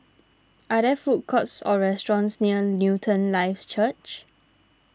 are there food courts or restaurants near Newton Life Church